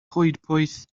coedpoeth